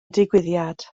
digwyddiad